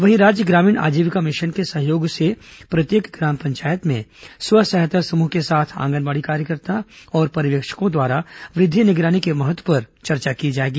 वहीं राज्य ग्रामीण आजीविका मिशन के सहयोग से प्रत्येक ग्राम पंचायत में स्व सहायता समूह के साथ आंगनबाड़ी कार्यकर्ता और पर्यवेक्षकों द्वारा वृद्वि निगरानी के महत्व पर चर्चा की जाएगी